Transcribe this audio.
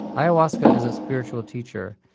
ayahuasca is a spiritual teacher,